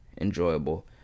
enjoyable